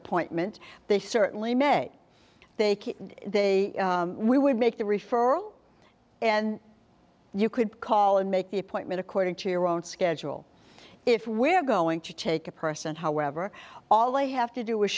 appointment they certainly may take it they we would make the referral and you could call and make the appointment according to your own schedule if we're going to take a person however all they have to do is